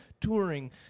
touring